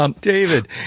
David